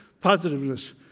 Positiveness